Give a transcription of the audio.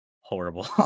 horrible